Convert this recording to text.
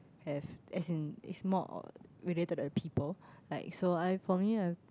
have as in it's more related to the people like so I for me I